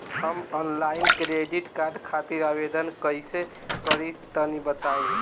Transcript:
हम online credit card खातिर आवेदन कइसे करि तनि बताई?